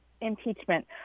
impeachment